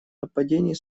нападений